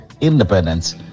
independence